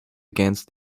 against